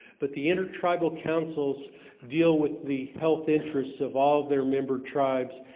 but the intertribal councils deal with the health interests of all of their member tribes.